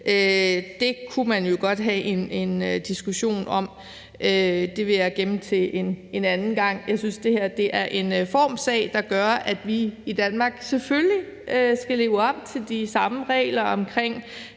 Det kunne man jo godt have en diskussion om. Det vil jeg gemme til en anden gang. Jeg synes, at det her er en formsag, der gør, at vi i Danmark selvfølgelig skal leve op til de samme regler om